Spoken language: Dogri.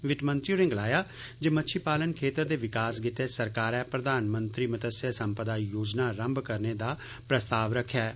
वित्त मंत्री होरें गलाया जे मच्छी पालन क्षेत्र दे विकास लेई सरकारै प्रधानमंत्री मतस्य समप्दा योजना रंभ करने दा प्रस्ताव रक्खेआ ऐ